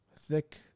thick